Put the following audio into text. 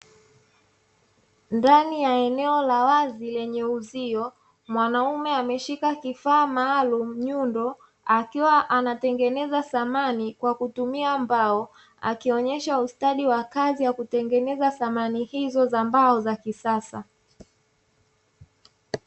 Ndani ya eneo la wazi lenye uzio, mwanaume ameshika kifaa maalumu nyundo, akiwa anatengeneza samani kwa kutumia mbao akionyesha ustadi wa kazi ya kutengeneza samani hizo za mbao za kisasa.